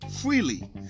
freely